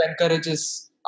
encourages